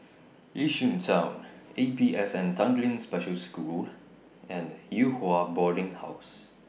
Yishun Town A P S N Tanglin Special School and Yew Hua Boarding House